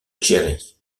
jerry